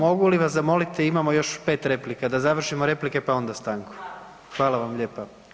Mogu li vas zamoliti, imamo još 5 replika, da završimo replike, pa onda stanku? [[Upadica: Naravno.]] Hvala vam lijepa.